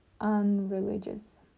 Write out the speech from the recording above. unreligious